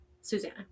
Susanna